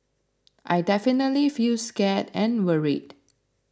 I definitely feel scared and worried